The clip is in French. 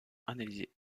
analyser